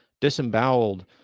disemboweled